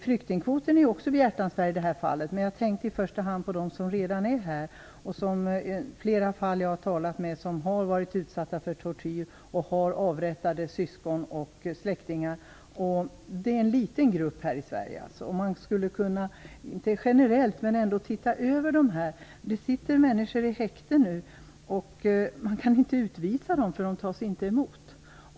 Flyktingkvoten är också behjärtansvärd i det här fallet, men jag tänker i första hand på dem som redan är här och som har varit utsatta för tortyr, har fått syskon och andra släktingar avrättade. Det är en liten grupp här i Sverige. Jag undrar om man ändå, inte generellt men i alla fall, se över deras situation. Det sitter människor i häkte. Man kan inte utvisa dem därför att de inte tas emot.